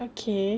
okay